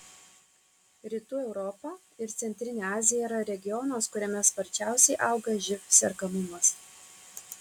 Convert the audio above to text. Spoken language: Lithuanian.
rytų europa ir centrinė azija yra regionas kuriame sparčiausiai auga živ sergamumas